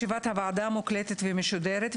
ישיבת הוועדה מוקלטת ומשודרת,